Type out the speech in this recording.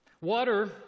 Water